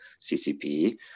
CCP